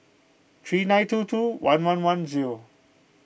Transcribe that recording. three nine two two one one one zero